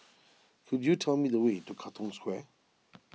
could you tell me the way to Katong Square